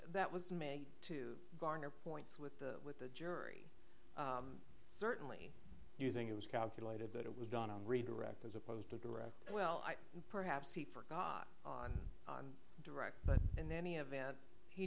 that was made to garner points with the with the jury certainly using it was calculated that it was done on redirect as opposed to correct well perhaps he forgot on direct but in any event he